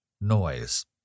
Noise